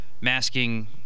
masking